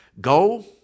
Go